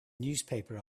newspaper